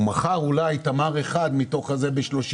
הוא מכר אולי תמר אחד ב-30 שקלים.